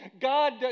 God